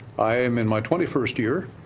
i'm in my twenty first year,